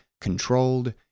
controlled